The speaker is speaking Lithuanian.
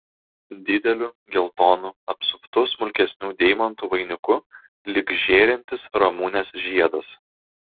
dideliu geltonu apsuptu smulkesnių deimantų vainiku lyg žėrintis ramunės žiedas